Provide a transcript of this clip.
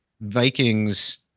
Vikings